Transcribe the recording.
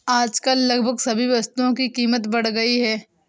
आजकल लगभग सभी वस्तुओं की कीमत बढ़ गई है